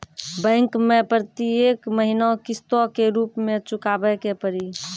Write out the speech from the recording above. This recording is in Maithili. बैंक मैं प्रेतियेक महीना किस्तो के रूप मे चुकाबै के पड़ी?